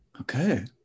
Okay